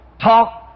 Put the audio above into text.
talk